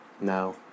No